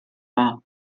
war